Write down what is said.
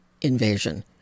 invasion